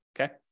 okay